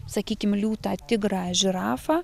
sakykim liūtą tigrą žirafą